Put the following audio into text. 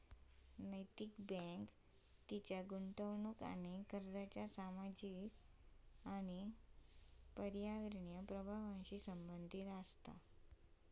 नैतिक बँक तिच्या गुंतवणूक आणि कर्जाच्या सामाजिक आणि पर्यावरणीय प्रभावांशी संबंधित असा